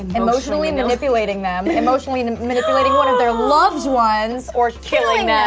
emotionally manipulating them, emotionally and manipulating one of their loved ones, or killing them.